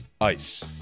ice